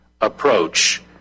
approach